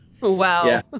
Wow